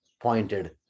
pointed